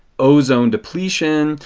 ozone depletion,